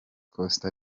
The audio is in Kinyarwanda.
costa